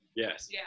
Yes